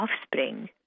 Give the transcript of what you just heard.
offspring